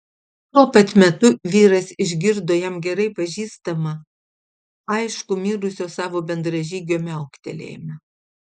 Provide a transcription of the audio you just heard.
tuo pat metu vyras išgirdo jam gerai pažįstamą aiškų mirusio savo bendražygio miauktelėjimą